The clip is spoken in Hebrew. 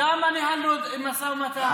כמה ניהלנו משא ומתן,